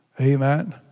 Amen